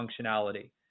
functionality